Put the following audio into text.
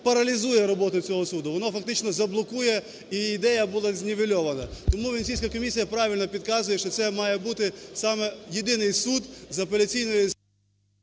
паралізує роботу цього суду, воно фактично заблокує, і ідея буде знівельована. Тому Венеційська комісія правильно підказує, що це має бути саме єдиний суд з апеляційною…